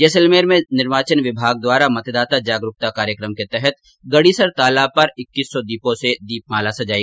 जैसलमेर में निर्वाचन विभाग द्वारा मतदाता जागरूकता कार्यक्रम के तहत गड़ीसर तालाब पर इक्कीस सौ दीपो से दीपमाला सजाई